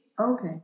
Okay